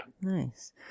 Nice